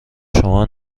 شما